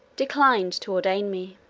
declined to ordain me.